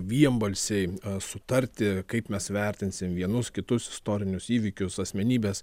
vienbalsiai sutarti kaip mes vertinsim vienus kitus istorinius įvykius asmenybes